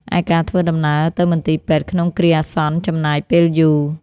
ឯការធ្វើដំណើរទៅមន្ទីរពេទ្យក្នុងគ្រាអាសន្នចំណាយពេលយូរ។